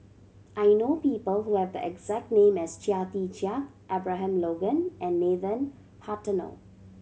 I know people who have the exact name as Chia Tee Chiak Abraham Logan and Nathan Hartono